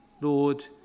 Lord